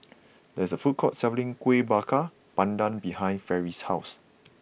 there is a food court selling Kueh Bakar Pandan behind Fairy's house